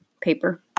paper